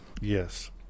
Yes